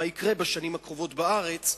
מה יקרה בשנים הקרובות בארץ,